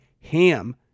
HAM